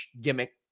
gimmick